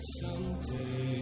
someday